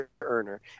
earner